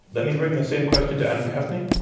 let me bring the same question to adam gaffney.